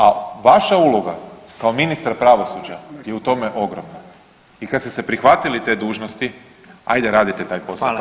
A vaša uloga kao Ministra pravosuđa je u tome ogromna i kada ste se prihvatili te dužnosti, ajde radite taj posao kako treba.